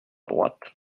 droite